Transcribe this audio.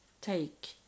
take